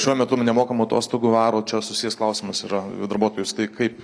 šiuo metu nemokamų atostogų varo čia susijęs klausimas yra darbuotojus tai kaip